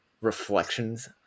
reflections